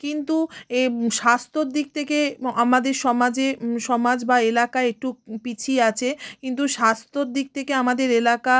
কিন্তু এ স্বাস্থ্যর দিক থেকে ম আমাদের সমাজে সমাজ বা এলাকা একটু পিছিয়ে আছে কিন্তু স্বাস্থ্যর দিক থেকে আমাদের এলাকা